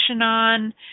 on